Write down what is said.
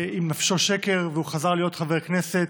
עם נפשו שקר, והוא חזר להיות חבר כנסת.